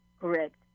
Correct